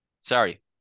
Sorry